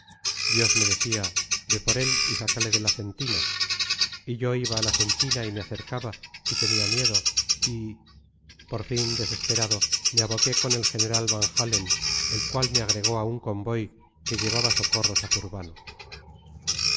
dios me decía ve por él y sácale de la sentina y yo iba a la sentina y me acercaba y tenía miedo y por fin desesperado me aboqué con el general van-halen el cual me agregó a un convoy que llevaba socorros a zurbano